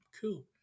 cool